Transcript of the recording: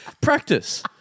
Practice